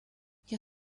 jie